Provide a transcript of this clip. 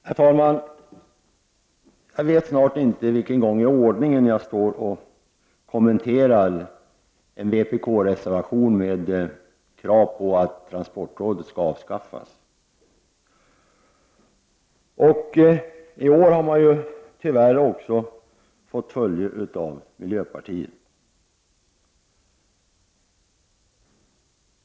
Herr talman! Jag vet snart inte för vilken gång i ordningen jag står och kommenterar en vpk-reservation med krav på att transportrådet skall avskaffas. I år har vpk tyvärr också fått följe av miljöpartiet.